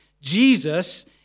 Jesus